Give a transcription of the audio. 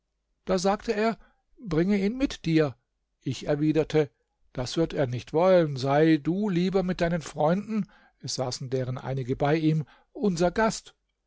da sagte er bringe ihn mit dir ich erwiderte das wird er nicht wollen sei du lieber mit deinen freunden es saßen deren einige bei ihm unser gast